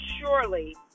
Surely